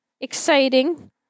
exciting